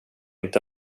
inte